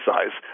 Size